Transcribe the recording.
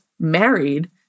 married